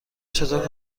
چطور